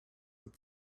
with